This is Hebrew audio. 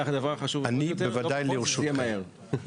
והדבר החשוב ביותר, חשוב שזה יהיה מהר.